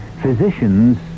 Physicians